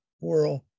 world